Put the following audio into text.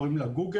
קוראים לה גוגל.